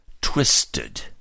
twisted